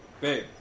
Babe